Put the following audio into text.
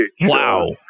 Wow